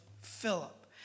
Philip